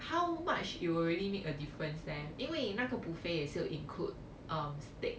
how much you will really make a difference leh 因为那个 buffet 也是有 include um steak